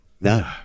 no